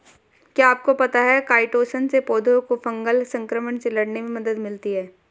क्या आपको पता है काइटोसन से पौधों को फंगल संक्रमण से लड़ने में मदद मिलती है?